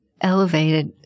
elevated